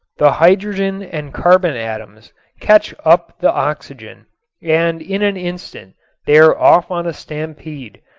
the hydrogen and carbon atoms catch up the oxygen and in an instant they are off on a stampede,